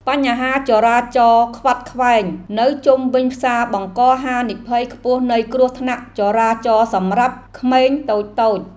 បញ្ហាចរាចរណ៍ខ្វាត់ខ្វែងនៅជុំវិញផ្សារបង្កហានិភ័យខ្ពស់នៃគ្រោះថ្នាក់ចរាចរណ៍សម្រាប់ក្មេងតូចៗ។